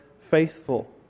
faithful